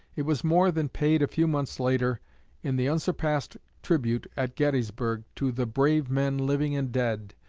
it was more than paid a few months later in the unsurpassed tribute at gettysburg to the brave men, living and dead,